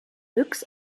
büx